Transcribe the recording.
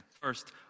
First